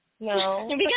No